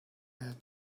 had